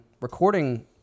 recording